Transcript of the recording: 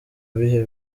bihe